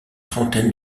trentaine